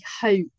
hope